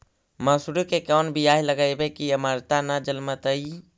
मसुरी के कोन बियाह लगइबै की अमरता न जलमतइ?